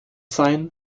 sein